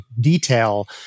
detail